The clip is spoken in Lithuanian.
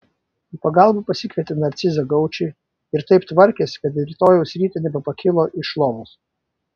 į pagalbą pasikvietė narcizą gaučį ir taip tvarkėsi kad rytojaus rytą nebepakilo iš lovos